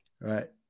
Right